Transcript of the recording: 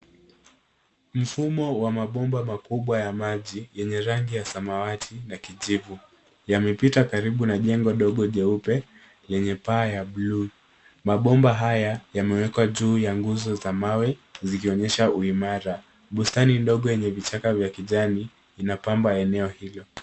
Mfumo wa mabomba makubwa ya maji yenye rangi ya samawati na kijivu. Yamepita karibu na jengo dogo jeupe yenye paa ya buluu. Mabomba haya yamewekwa juu ya nguzo za mawe zikionyesha uimara. Bustani ndogo yenye vichaka vya kijani inapamba eneo hilo.